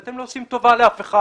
היא לא טובה שאתם עושים לאף אחד.